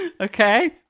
Okay